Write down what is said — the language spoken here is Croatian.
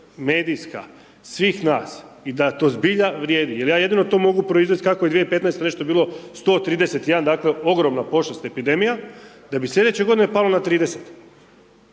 medijska, svih nas i da to zbilja vrijedi jer ja jedino to mogu proizvesti kako je 2015. nešto bilo 131, dakle ogromna pošast, epidemija da bi slijedeće godine palo na 30.